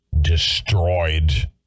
destroyed